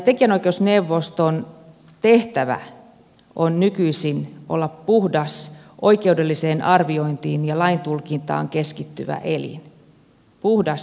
tekijänoikeusneuvoston tehtävä on nykyisin olla puhdas oikeudelliseen arviointiin ja laintulkintaan keskittyvä elin puhdas tällainen